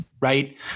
Right